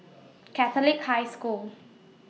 Catholic High School